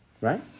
right